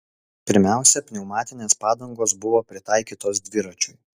pirmiausia pneumatinės padangos buvo pritaikytos dviračiui